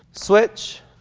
switch,